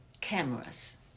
cameras